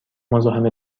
مزاحم